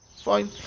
Fine